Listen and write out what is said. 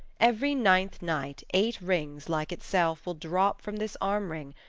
every ninth night eight rings like itself will drop from this armring,